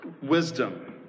wisdom